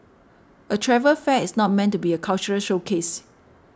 a travel fair is not meant to be a cultural showcase